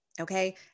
Okay